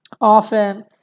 Often